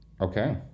okay